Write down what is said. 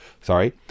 sorry